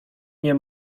nie